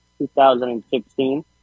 2016